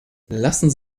lassen